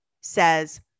says